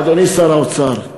אדוני שר האוצר: